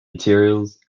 materials